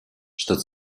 что